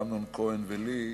לאמנון כהן ולי,